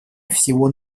всего